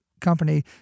Company